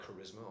charisma